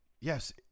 yes